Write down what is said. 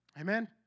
Amen